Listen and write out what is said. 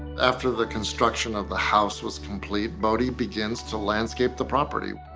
after the construction of the house was complete, boddy begins to landscape the property,